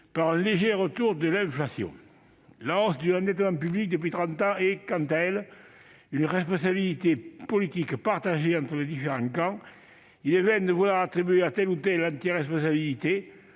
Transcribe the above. un léger retour de l'inflation. La hausse de l'endettement public depuis trente ans est, quant à elle, une responsabilité politique partagée par les différents camps. Il est vain de vouloir en attribuer à tel ou tel l'entière responsabilité.